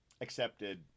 accepted